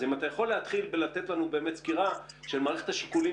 אז אם אתה יכול להתחיל בלתת לנו סקירה של מערכת השיקולים